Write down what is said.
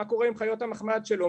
מה קורה עם חיות המחמד שלו?